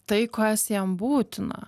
tai kas jam būtina